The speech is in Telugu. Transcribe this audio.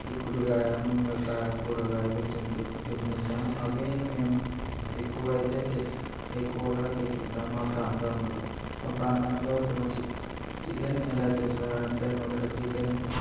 చిక్కుడు కాయ మునగకాయ కూరగాయలు తింటూ తింటుంటాము అవే మేము ఎక్కువైతే ఎక్కువగా తింటుంటాము మా ప్రాంతంలో మా ప్రాంతంలో చికె చికెన్ని ఎలా చేస్తారంటే మొదట చికెన్ తీ